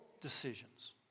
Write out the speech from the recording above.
decisions